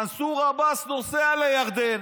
מנסור עבאס נוסע לירדן,